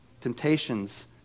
temptations